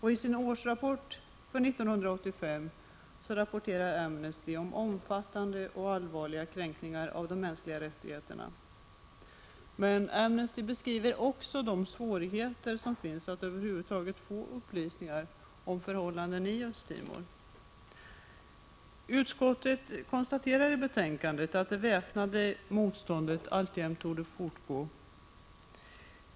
I sin årsrapport för 1985 rapporterar Amnesty om omfattande och allvarliga kränkningar av de mänskliga rättigheterna. Amnesty beskriver också de svårigheter som finns att över huvud taget få upplysningar om förhållandena i Östra Timor. Utskottet konstaterar i betänkandet att det väpnade motståndet alltjämt pågår.